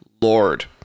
lord